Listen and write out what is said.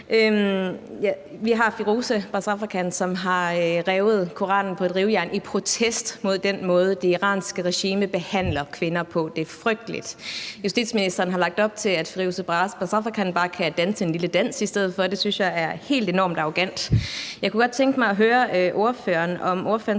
Vi har Firoozeh Bazrafkan, som har revet Koranen på et rivejern i protest mod den måde, det iranske regime behandler kvinder på. Det er frygteligt. Justitsministeren har lagt op til, at Firoozeh Bazrafkan bare kan danse en lille dans i stedet for. Det synes jeg er helt enormt arrogant. Jeg kunne godt tænke mig at høre ordføreren, om ordføreren